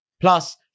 Plus